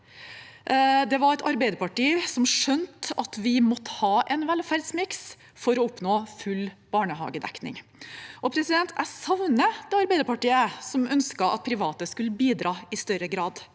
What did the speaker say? Det var et arbeiderparti som skjønte at vi måtte ha en velferdsmiks for å oppnå full barnehagedekning. Jeg savner det Arbeiderpartiet som ønsket at private skulle bidra i større grad,